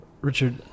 Richard